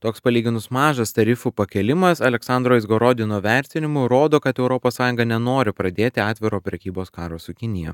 toks palyginus mažas tarifų pakėlimas aleksandro iz gorodino vertinimu rodo kad europos sąjunga nenori pradėti atviro prekybos karo su kinija